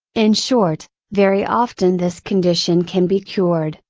in short, very often this condition can be cured,